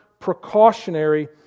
precautionary